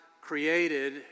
created